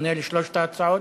עונה על שלוש ההצעות.